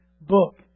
book